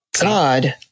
God